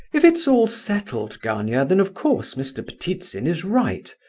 if it's all settled, gania, then of course mr. but ptitsin is right,